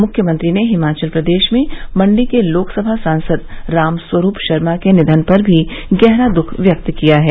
मुख्यमंत्री ने हिमाचल प्रदेश में मंडी के लोकसभा सांसद राम स्वरूप शर्मा के निधन पर भी गहरा दुःख व्यक्त किया है